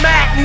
Mac